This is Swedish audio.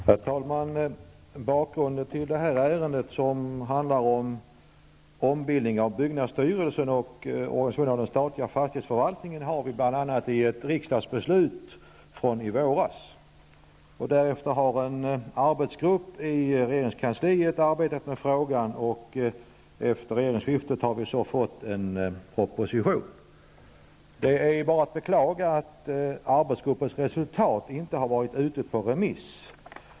Herr talman! Bakgrunden till det här ärendet, som handlar om ombildningen av byggnadsstyrelsen och organisationen av den statliga fastighetsförvaltningen, har vi bl.a. i ett riksdagsbeslut från i våras. Därefter har en arbetsgrupp i regeringskansliet arbetat med frågan. Efter regeringsskiftet har vi nu fått en proposition. Det är att beklaga att arbetsgruppens resultat inte har varit ute på remiss.